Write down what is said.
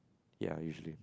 ya usually